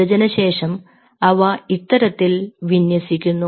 വിഭജന ശേഷം അവ ഇത്തരത്തിൽ വിന്യസിക്കുന്നു